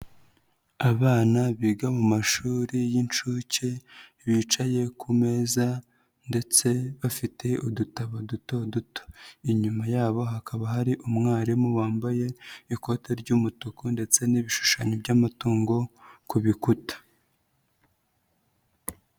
Abana biga mu mashuri y'inshuke, bicaye ku meza ndetse bafite udutabo duto duto, inyuma yabo hakaba hari umwarimu wambaye ikote ry'umutuku ndetse n'ibishushanyo by'amatungo ku bikuta.